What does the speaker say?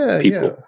people